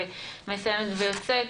מסיימת ויוצאת,